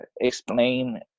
explain